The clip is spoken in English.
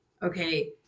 Okay